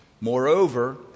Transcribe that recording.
Moreover